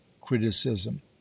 criticism